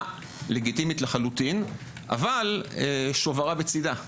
לגיטימית לחלוטין אבל שוברה בצידה,